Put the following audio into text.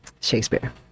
Shakespeare